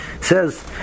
says